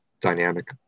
dynamic